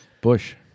Bush